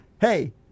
hey